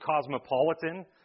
cosmopolitan